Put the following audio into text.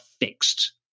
fixed